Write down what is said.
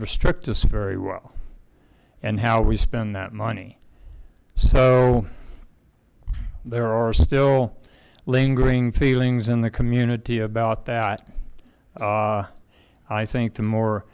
restrict us very well and how we spend that money so there are still lingering feelings in the community about that i think the more